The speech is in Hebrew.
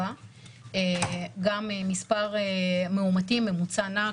מספר המאומתים בממוצע נע,